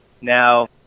Now